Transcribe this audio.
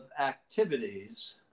activities